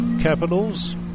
Capitals